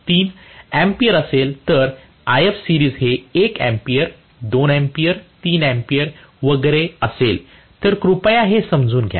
3 ampere असेल तर Ifseries हे 1 अँपिअर 2 अँपिअर 3 अँपिअर वगैरे असेल तर कृपया हे समजून घ्या